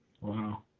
Wow